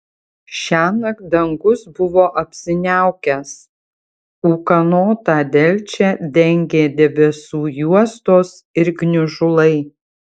šiąnakt dangus buvo apsiniaukęs ūkanotą delčią dengė debesų juostos ir gniužulai